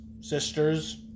sisters